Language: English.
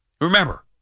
Remember